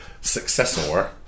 successor